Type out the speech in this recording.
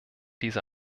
diese